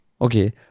okay